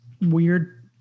weird